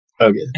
Okay